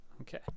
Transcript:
okay